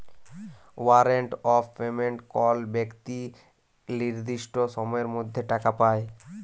warrant of payment কল বেক্তি লির্দিষ্ট সময়ের মধ্যে টাকা পায়